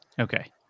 Okay